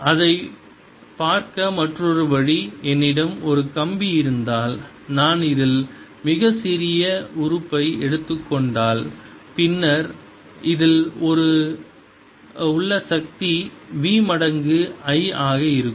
அதைப் பார்க்க மற்றொரு வழி என்னிடம் ஒரு கம்பி இருந்தால் நான் இதில் மிகச் சிறிய உறுப்பை எடுத்துக் கொண்டால் பின்னர் இதில் உள்ள சக்தி v மடங்கு I ஆக இருக்கும்